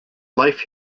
life